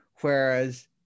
Whereas